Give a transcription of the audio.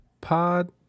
Pod